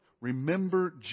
remember